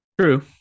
True